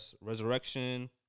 Resurrection